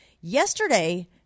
yesterday